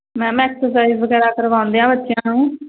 ma'am exercise ਵਗੈਰਾ ਕਰਵਾਉਂਦੇ ਆ ਬੱਚਿਆਂ ਨੂੰ